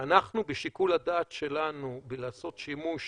ואנחנו בשיקול הדעת שלנו בלעשות שימוש